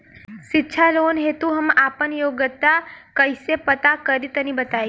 शिक्षा लोन हेतु हम आपन योग्यता कइसे पता करि तनि बताई?